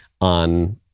on